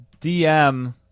DM